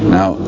Now